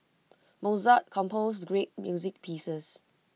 Mozart composed great music pieces